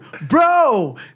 Bro